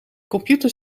computer